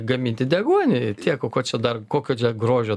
gaminti deguonį tiek o ko čia dar kokio čia grožio